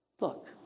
Look